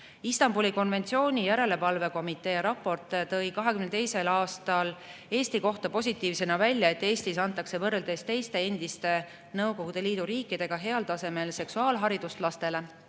Istanbuli konventsiooni järelevalvekomitee raport tõi 2022. aastal Eesti kohta positiivsena välja, et Eestis antakse võrreldes teiste endiste Nõukogude Liidu riikidega lastele heal tasemel seksuaalharidust.